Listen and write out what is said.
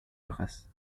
hojas